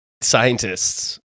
scientists